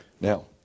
Now